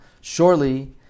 Surely